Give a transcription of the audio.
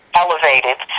elevated